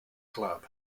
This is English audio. club